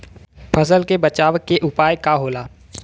फसल के बचाव के उपाय का होला?